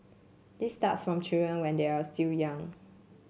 this starts from children when they are still young